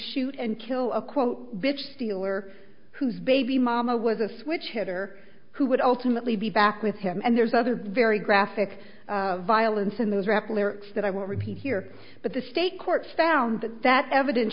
shoot and kill a quote bitch stealer whose baby mama was a switch hitter who would ultimately be back with him and there's other very graphic violence in those rappler that i won't repeat here but the state court found that evidence